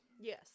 Yes